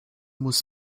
muss